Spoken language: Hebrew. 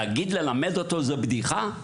להגיד: "ללמד אותו זו בדיחה"